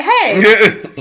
hey